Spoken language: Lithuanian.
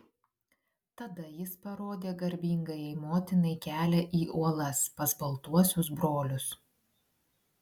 tada jis parodė garbingajai motinai kelią į uolas pas baltuosius brolius